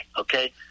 okay